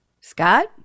Scott